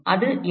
அது என்ன